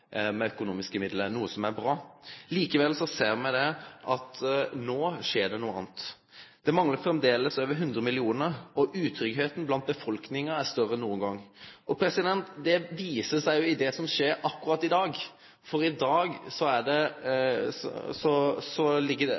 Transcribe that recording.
med økonomiske midlar – noko som er bra. Likevel ser me at no skjer det noko anna. Det manglar framleis over 100 mill. kr, og utryggleiken i befolkninga er større enn nokon gong. Det viser det som skjer akkurat i dag, for i dag er det lagt opp til eit fakkeltog i Arendal. Det